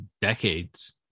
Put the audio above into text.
decades